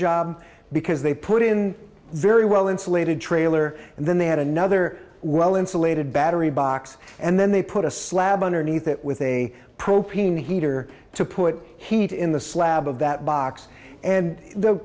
job because they put in a very well insulated trailer and then they had another well insulated battery box and then they put a slab underneath it with a propane heater to put heat in the slab of that box and the